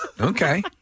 Okay